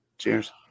Cheers